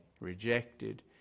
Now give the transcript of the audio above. rejected